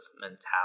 mentality